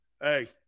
Hey